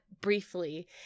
briefly